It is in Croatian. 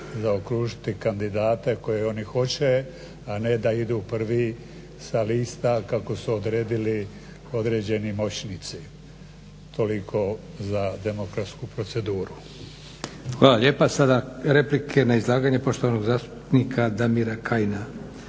zaokružiti kandidate koje oni hoće, a ne da idu prvi sa lista kako su odredili određeni moćnici. Toliko za demokratsku proceduru. **Leko, Josip (SDP)** Hvala lijepa. Sada replike na izlaganje poštovanog zastupnika Damira Kajina.